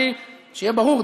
שיהיה ברור,